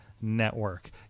Network